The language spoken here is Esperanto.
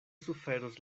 suferos